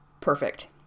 perfect